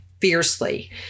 fiercely